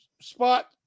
spot